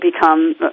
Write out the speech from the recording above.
become